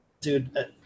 dude